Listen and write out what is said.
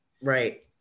Right